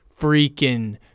freaking